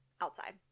outside